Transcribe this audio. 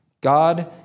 God